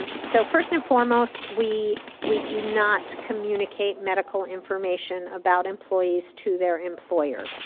and so first and foremost, we we do not communicate medical information about employees to their employer.